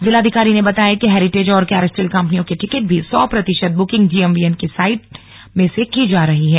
जिलाधिकारी ने बताया कि हैरिटेज और कैरस्टल कम्पनियों के टिकट की सौ प्रतिशत बुकिंग जीएमवीएन की साइट में से की जा रही है